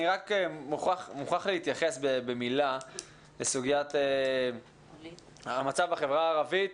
אני מוכרח להתייחס במילה לסוגיית המצב בחברה הערבית,